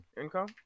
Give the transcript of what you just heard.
income